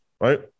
right